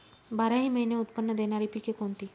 बाराही महिने उत्त्पन्न देणारी पिके कोणती?